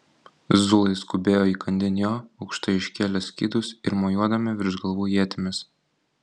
zulai skubėjo įkandin jo aukštai iškėlę skydus ir mojuodami virš galvų ietimis